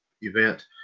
event